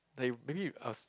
like maybe you ask